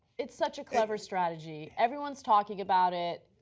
it's such a clever strategy, everyone is talking about it,